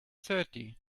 thirty